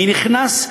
מי נכנס,